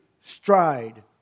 stride